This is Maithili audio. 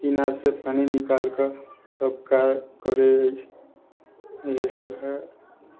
इनारसँ पानि निकालि कऽ सभ काज करै अछि इएहसभ हइ